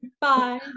Bye